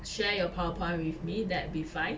share your powerpoint with me that will be fine